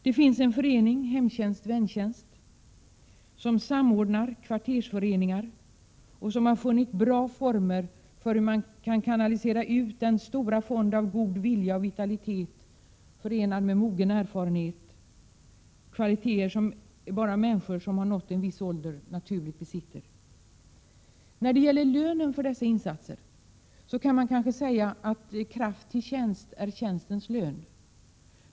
Det finns en förening, Hemtjänstväntjänst, som samordnar kvartersföreningar och som har funnit bra former för att kanalisera de tillgångar som finns i den stora fonden av god vilja och vitalitet förenad med mogen erfarenhet — kvaliteter som bara människor som nått en viss ålder naturligt besitter. När det gäller lönen för dessa insatser kan man kanske säga att kraft till tjänst är tjänstens lön.